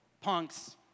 punks